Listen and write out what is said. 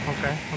okay